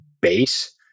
base